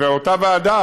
אותה ועדה